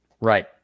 Right